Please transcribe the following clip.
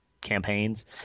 campaigns